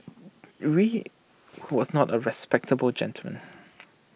was not A respectable gentleman